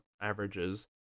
averages